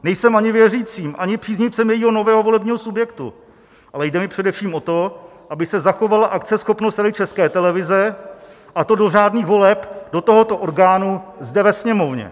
Nejsem ani věřícím, ani příznivcem jejího nového volebního subjektu, ale jde mi především o to, aby se zachovala akceschopnost Rady České televize, a to do řádných voleb do tohoto orgánu zde ve Sněmovně.